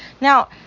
Now